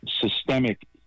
systemic